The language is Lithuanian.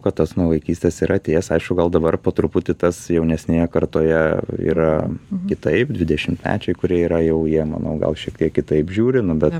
kad tas nuo vaikystės ir atėjęs aišku gal dabar po truputį tas jaunesnėje kartoje yra kitaip dvidešimtmečiai kurie yra jau jie manau gal šiek tiek kitaip žiūri nu bet